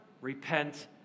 repent